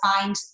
find